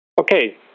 Okay